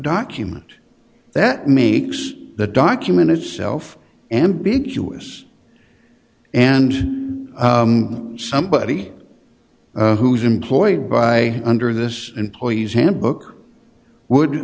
document that makes the document itself ambiguous and somebody who is employed by under this employee's handbook would